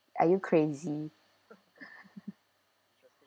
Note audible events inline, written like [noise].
are you crazy [laughs] [noise]